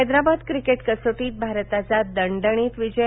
Hyderabad cricket कसोटीत भारताचा दणदणीत विजय